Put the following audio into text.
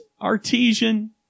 artesian